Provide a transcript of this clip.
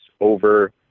over